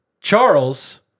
charles